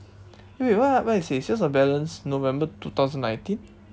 wait wait what what it says sales of balance november two thousand nineteen